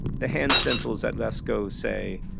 the hand stencils at lascaux say,